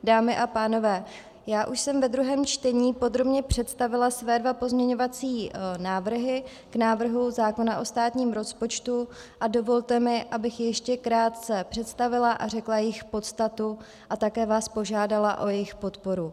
Dámy a pánové, já už jsem ve druhém čtení podrobně představila své dva pozměňovací návrhy k návrhu zákona o státním rozpočtu a dovolte mi, abych je ještě krátce představila a řekla jejich podstatu a také vás požádala o jejich podporu.